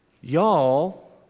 Y'all